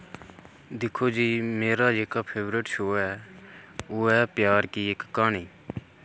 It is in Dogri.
दिक्खो जी मेरा जेह्का फेवरेट शो ऐ ओह् ऐ प्यार कि इक कहानी